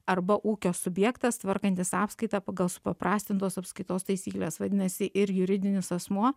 arba ūkio subjektas tvarkantis apskaitą pagal supaprastintos apskaitos taisykles vadinasi ir juridinis asmuo